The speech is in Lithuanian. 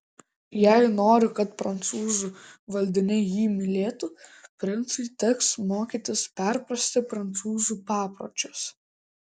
jei nori kad prancūzų valdiniai jį mylėtų princui teks mokytis perprasti prancūzų papročius